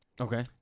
okay